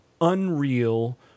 unreal